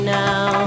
now